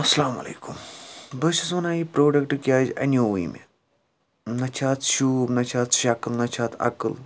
السلامُ علَیکُم بہٕ چھُس وَنان یہِ پُروڈَکٹ کِیٛازِ اَنِیوٕے مےٚ نہِ چھِ اَتھ شوٗب نَہ چھِ اَتھ شَکٕل نہِ چھِ اَتھ عقٕل